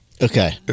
okay